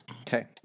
Okay